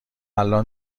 الان